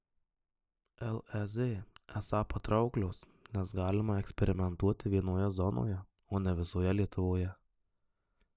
lez esą patrauklios nes galima eksperimentuoti vienoje zonoje o ne visoje lietuvoje